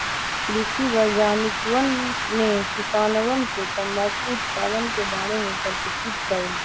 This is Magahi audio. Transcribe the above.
कृषि वैज्ञानिकवन ने किसानवन के तंबाकू उत्पादन के बारे में प्रशिक्षित कइल